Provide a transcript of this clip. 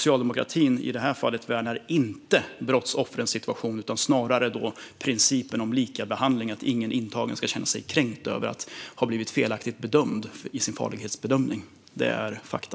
I detta fall värnar Socialdemokraterna inte brottsoffren utan snarare principen om likabehandling och att ingen intagen ska känna sig kränkt av att ha blivit felaktigt bedömd i sin farlighetsbedömning. Det är fakta.